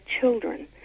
children